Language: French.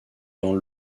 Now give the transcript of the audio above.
dans